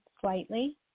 slightly